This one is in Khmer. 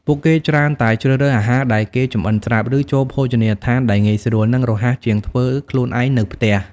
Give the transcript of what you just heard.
ពួកគេច្រើនតែជ្រើសរើសអាហារដែលគេចម្អិនស្រាប់ ឬចូលភោជនីដ្ឋានដែលងាយស្រួល និងរហ័សជាងធ្វើខ្លួនឯងនៅផ្ទះ។